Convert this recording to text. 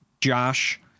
Josh